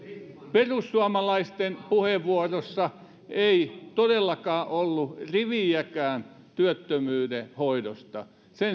perussuomalaisten puheenvuorossa ei todellakaan ollut riviäkään työttömyyden hoidosta sen